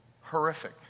horrific